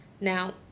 Now